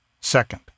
Second